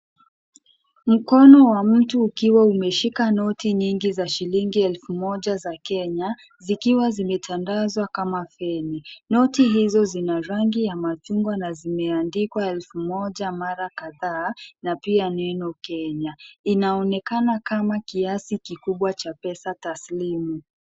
Mkono wa mtu ukiwa umeshika noti nyingi za shilingi elfu moja za Kenya zikiwa zimetandazwa kama feni . Noti hizo zina rangi ya machungwa na zimeandikwa elfu moja mara kadhaa na pia neno Kenya. Inaonekana kama kiasi kikubwa cha pesa taslimu.